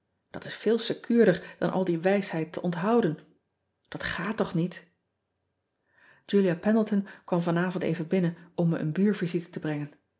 at is veel secuurder dan al die wijsheid te onthouden dat gaat toch niet ulia endleton kwam vanvond even binnen om me een buurvisite te brengen